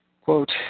Quote